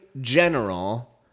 general